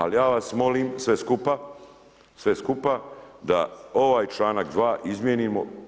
Ali ja vas molim sve skupa, sve skupa da ovaj članak 2. izmijenimo.